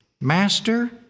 Master